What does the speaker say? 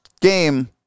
game